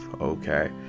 okay